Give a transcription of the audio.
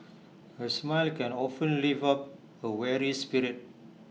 A smile can often lift up A weary spirit